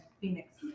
Phoenix